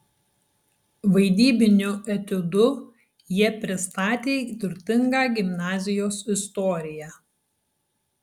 vaidybiniu etiudu jie pristatė turtingą gimnazijos istoriją